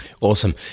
Awesome